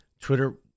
Twitter